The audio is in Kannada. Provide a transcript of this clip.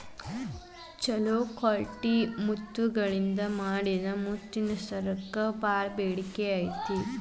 ಚೊಲೋ ಕ್ವಾಲಿಟಿ ಮುತ್ತಗಳಿಂದ ಮಾಡಿದ ಮುತ್ತಿನ ಸರಕ್ಕ ಬಾಳ ಬೇಡಿಕೆ ಐತಿ